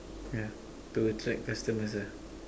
yeah to attract customers ah